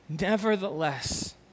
Nevertheless